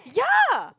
ya